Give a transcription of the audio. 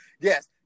yes